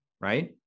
right